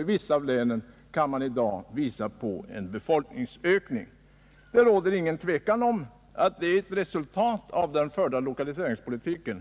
I vissa av dessa kan man i dag visa på en befolkningsökning. Det råder inget tvivel om att det är ett resultat av den lokaliseringspolitik som